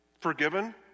Forgiven